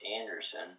Anderson